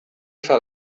fell